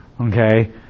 okay